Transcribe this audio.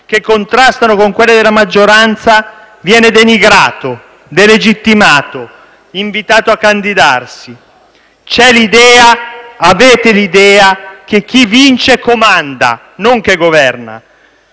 che contrastano con quelle della maggioranza, viene denigrato, delegittimato, invitato a candidarsi. Avete l'idea che chi vince comanda, non che governa